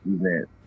event